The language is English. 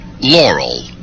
Laurel